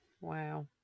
Wow